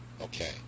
Okay